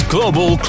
Global